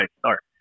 start